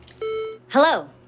Hello